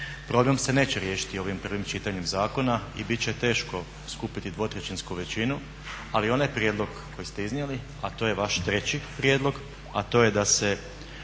Problem se neće riješiti ovim prvim čitanjem zakona i bit će teško skupiti dvotrećinsku većinu, ali onaj prijedlog koji ste iznijeli, a to je vaš treći prijedlog, to je da se